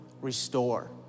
restore